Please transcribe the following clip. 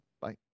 Bye